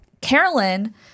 carolyn